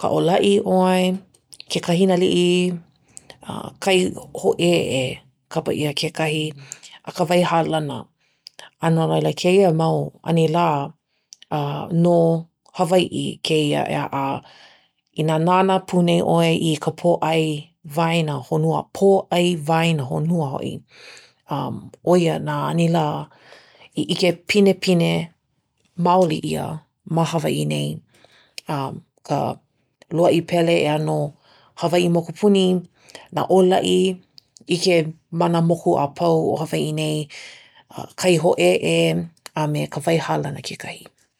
ka ʻōlaʻi ʻoe, ke kahinaliʻi kai hoʻēʻe, kapa ʻia kekahi. Ka wai hālana. A no laila kēia mau anilā, no Hawaiʻi kēia, ʻeā? A inā nānā pū nei ʻoe i ka pōʻai waena honua pōʻai waena honua hoʻi ʻoia nā anilā i ʻike pinepine maoli ʻia ma Hawaiʻi nei. Ka luaʻi pele ʻeā no Hawaiʻi mokupuni, nā ʻōlaʻi, ʻike ma nā moku a pau o Hawaiʻi nei. Kai hoʻēʻe a me ka wai hālana kekahi.